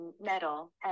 metal